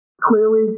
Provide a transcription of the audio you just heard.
Clearly